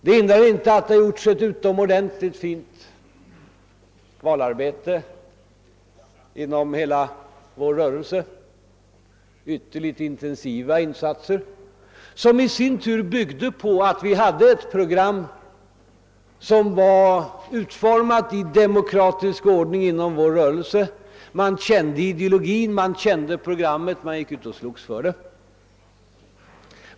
Det hindrar inte att det har gjorts ett utomordentligt fint valarbete inom hela vår rörelse — ytterligt intensiva insatser som i sin tur byggde på att vi hade ett program som var utformat i demokratisk ordning inom vår rörelse. Man kände ideologin, man kände programmet och man gick ut och slogs för det.